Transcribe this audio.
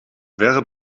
wäre